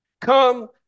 Come